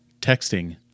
Texting